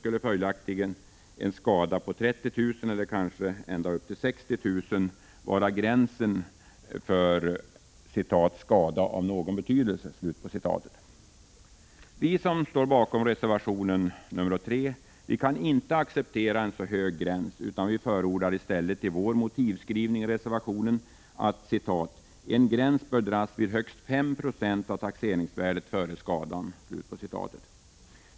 skulle följaktligen en skada på 30 000 kr., kanske upp till 60 000 kr., vara gränsen för skada ”av någon betydelse”. Vi som står bakom reservation 3 kan inte acceptera en så hög gräns utan förordar i stället i vår motivskrivning i reservationen att ”en gräns dras vid högst 5 90 av taxeringsvärdet före skadan”.